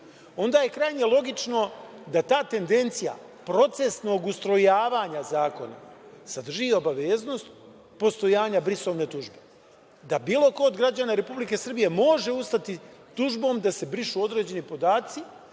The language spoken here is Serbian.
onda je krajnje logično da ta tendencija procesnog ustrojavanja zakona sadrži i obaveznost postojanja "brisovne tužbe" da bilo ko od građana Republike Srbije može ustati tužbom da se brišu određeni podaci